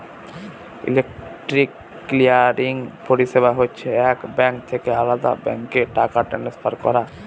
electronic clearing পরিষেবা হচ্ছে এক ব্যাঙ্ক থেকে আলদা ব্যাঙ্কে টাকা ট্রান্সফার করা